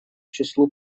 числу